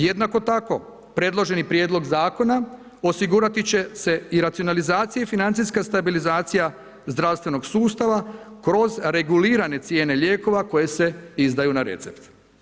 Jednako tako predloženi prijedlog Zakona osigurati će se i racionalizacija i financijska stabilizacija zdravstvenog sustava kroz regulirane cijene lijekova koje se izdaju na recept.